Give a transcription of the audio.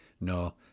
no